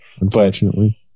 Unfortunately